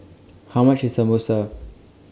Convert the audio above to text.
How much IS Samosa